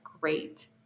great